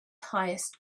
highest